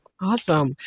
Awesome